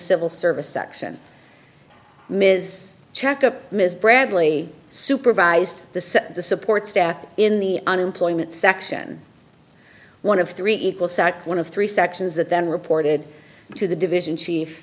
civil service section ms checa ms bradley supervised the set the support staff in the unemployment section one of three equal sat one of three sections that then reported to the division chief